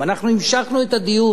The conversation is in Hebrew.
אנחנו המשכנו את הדיון,